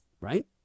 right